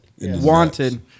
Wanted